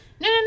no